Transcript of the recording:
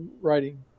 writing